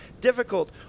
difficult